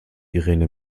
irene